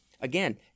Again